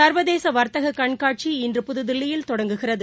சர்வதேசவர்த்தககண்காட்சி இன்று புதுதில்லியில் தொடங்குகிறது